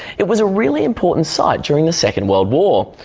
it was a really important site during the second world war.